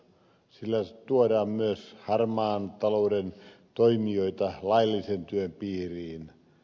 sillä tuodaan myös harmaan talouden toimijoita laillisen työn piiriin